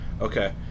Okay